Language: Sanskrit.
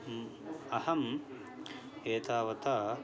अहम् एतावता